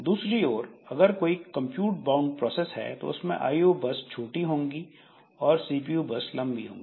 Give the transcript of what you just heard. दूसरी ओर अगर कोई कंप्यूट बाउंड प्रोसेस है तो उसमें आईओ बर्स्ट छोटी होगी और सीपीयू बर्स्ट लंबी होगी